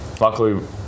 Luckily